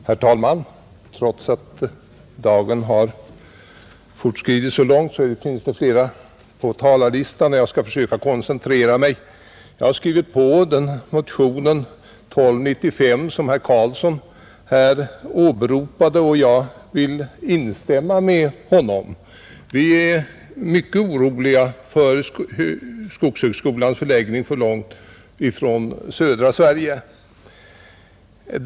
Herr talman! Trots att dagen har fortskridit så långt finns det alltjämt flera talare anmälda. Jag skall därför söka koncentrera mig. Jag har skrivit på motionen 1295 som herr Carlsson i Vikmanshyttan åberopade, och jag vill instämma med honom, Vi är mycket oroliga om hela skogshögskolan lägges för långt från södra Sverige. I södra Sverige bör finnas en forskningsstation med hänsyn till skogens betydelse i denna landsdel.